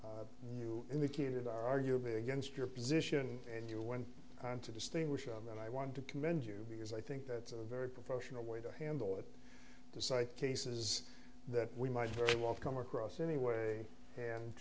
with you indicated arguably against your position and you went on to distinguish on that i want to commend you because i think that's a very professional way to handle the side cases that we might very well come across anyway and